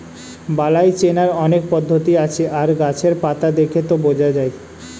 বালাই চেনার অনেক পদ্ধতি আছে আর গাছের পাতা দেখে তা বোঝা যায়